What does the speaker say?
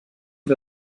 wir